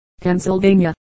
Pennsylvania